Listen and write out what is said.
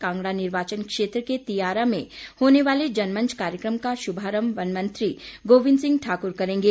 कांगड़ा निर्वाचन क्षेत्र के तियारा में होने वाले जनमंच कार्यक्रम का शुभारंभ वनमंत्री गोविंद सिंह ठाकुर करेंगे